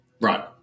Right